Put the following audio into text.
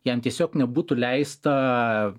jam tiesiog nebūtų leista